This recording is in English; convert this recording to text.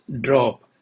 drop